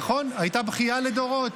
נכון, הייתה בכייה לדורות.